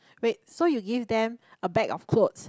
wait so you give them a bag of clothes